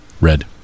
red